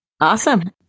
Awesome